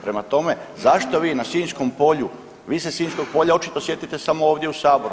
Prema tome, zašto vi na sinjskom polju, vi se sinjskog polja očito sjetite samo ovdje u Saboru.